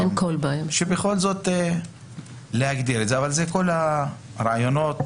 אבל אלה כל הרעיונות